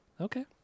okay